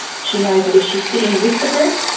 she knows that if she is sitting with the group,